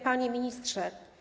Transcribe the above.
Panie Ministrze!